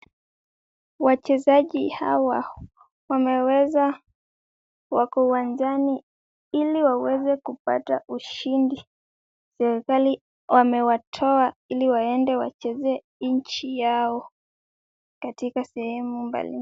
Wachezaji hawa wameweza, wako uwanjani ili waweze kupata ushindi. Serikali wamewatoa ili waende wachezee nchi yao katika sehemu mbali.